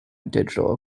digital